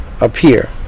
appear